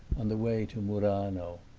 on the way to murano.